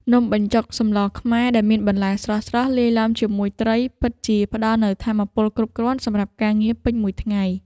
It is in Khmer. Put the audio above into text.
នំបញ្ចុកសម្លខ្មែរដែលមានបន្លែស្រស់ៗលាយឡំជាមួយត្រីពិតជាផ្ដល់នូវថាមពលគ្រប់គ្រាន់សម្រាប់ការងារពេញមួយថ្ងៃ។